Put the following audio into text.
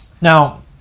Now